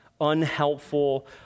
unhelpful